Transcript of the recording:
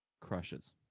crushes